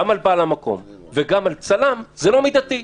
גם על בעל המקום וגם על צלם זה לא מידתי.